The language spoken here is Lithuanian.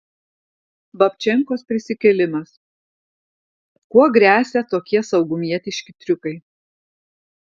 babčenkos prisikėlimas kuo gresia tokie saugumietiški triukai